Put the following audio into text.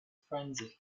frenzy